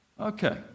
Okay